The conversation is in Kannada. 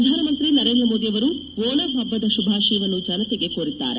ಪ್ರಧಾನಮಂತ್ರಿ ನರೇಂದ್ರ ಮೋದಿ ಅವರು ಓಣಂ ಹಬ್ಬದ ಶುಭಾಶಯವನ್ನು ಜನತೆಗೆ ಕೋರಿದ್ದಾರೆ